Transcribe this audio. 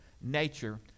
nature